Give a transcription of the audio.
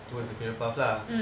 towards the career path lah